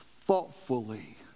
thoughtfully